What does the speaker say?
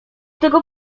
tego